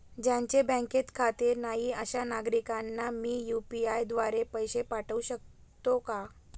ज्यांचे बँकेत खाते नाही अशा नागरीकांना मी यू.पी.आय द्वारे पैसे पाठवू शकतो का?